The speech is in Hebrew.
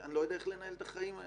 אני לא יודע איך לנהל את החיים האלה.